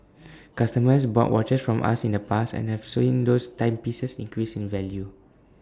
customers bought watches from us in the past and have seen those timepieces increase in value